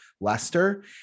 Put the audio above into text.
Leicester